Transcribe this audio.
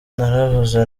naravuze